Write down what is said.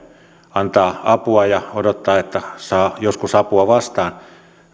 antaa apua ja odottaa että saa joskus apua vastaan